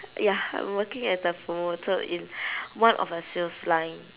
ya I'm working as a promoter in one of a sales line